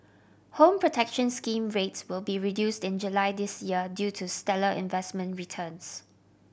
Home Protection Scheme rates will be reduced in July this year due to stellar investment returns